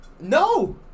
No